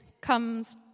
comes